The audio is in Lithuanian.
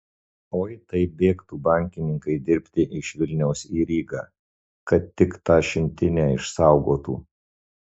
oi tai bėgtų bankininkai dirbti iš vilniaus į rygą kad tik tą šimtinę išsaugotų